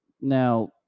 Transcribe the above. Now